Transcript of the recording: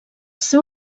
seu